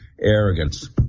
arrogance